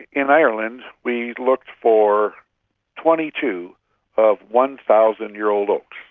in ireland we looked for twenty two of one thousand year old oaks.